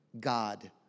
God